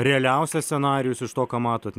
realiausias scenarijus iš to ką matot